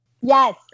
Yes